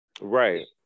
Right